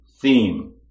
theme